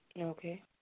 Okay